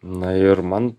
na ir man